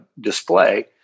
display